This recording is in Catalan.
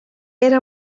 era